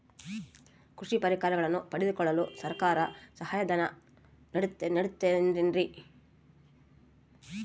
ಕೃಷಿ ಪರಿಕರಗಳನ್ನು ಪಡೆದುಕೊಳ್ಳಲು ಸರ್ಕಾರ ಸಹಾಯಧನ ನೇಡುತ್ತದೆ ಏನ್ರಿ?